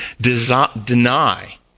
deny